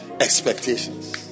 expectations